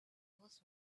was